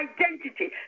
identity